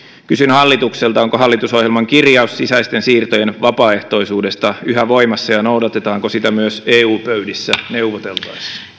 kysyn hallitukselta onko hallitusohjelman kirjaus sisäisten siirtojen vapaaehtoisuudesta yhä voimassa ja noudatetaanko sitä myös eu pöydissä neuvoteltaessa